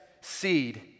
seed